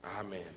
Amen